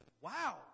wow